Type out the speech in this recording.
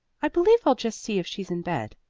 i believe i'll just see if she's in bed.